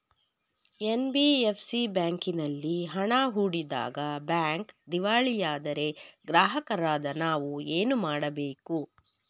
NBFC ಬ್ಯಾಂಕಿನಲ್ಲಿ ಹಣ ಹೂಡಿದಾಗ ಬ್ಯಾಂಕ್ ದಿವಾಳಿಯಾದರೆ ಗ್ರಾಹಕರಾದ ನಾವು ಏನು ಮಾಡಬೇಕು?